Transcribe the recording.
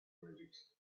arabic